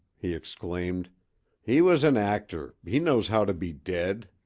he exclaimed he was an actor he knows how to be dead.